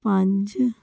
ਪੰਜ